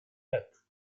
bed